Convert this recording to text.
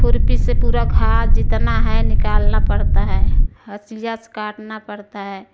खुर्पी से पूरा घा जितना है निकालना पड़ता है हसिया से काटना पड़ता है